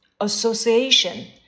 association